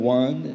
one